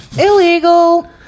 illegal